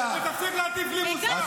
ותפסיק להטיף לי מוסר.